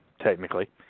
technically